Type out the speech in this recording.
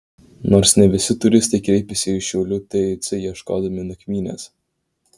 nors ne visi turistai kreipiasi į šiaulių tic ieškodami nakvynės